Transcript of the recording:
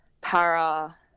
para